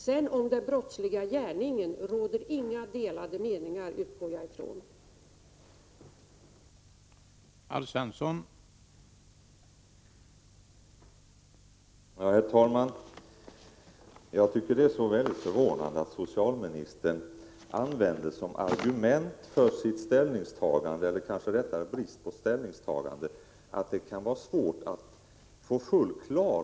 Däremot utgår jag ifrån att det inte råder några delade meningar om den brottsliga gärningen.